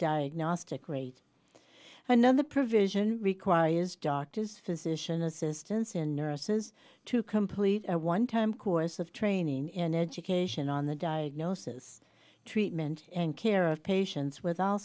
diagnostic rate another provision requires doctors physician assistants and nurses to complete a one time course of training and education on the diagnosis treatment and care of patients with al